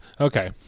Okay